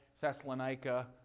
Thessalonica